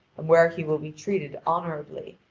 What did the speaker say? and where he will be treated honourably,